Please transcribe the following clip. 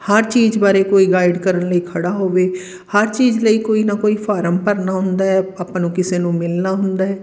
ਹਰ ਚੀਜ਼ ਬਾਰੇ ਕੋਈ ਗਾਈਡ ਕਰਨ ਲਈ ਖੜ੍ਹਾ ਹੋਵੇ ਹਰ ਚੀਜ਼ ਲਈ ਕੋਈ ਨਾ ਕੋਈ ਫਾਰਮ ਭਰਨਾ ਹੁੰਦਾ ਆਪਾਂ ਨੂੰ ਕਿਸੇ ਨੂੰ ਮਿਲਣਾ ਹੁੰਦਾ ਹੈ